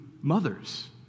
mothers